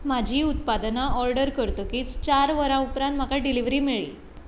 म्हजीं उत्पादनां ऑर्डर करतकीच चार वरां उपरांत म्हाका डिलिव्हरी मेळ्ळी